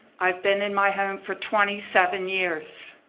i've been in my hand for twenty seven years.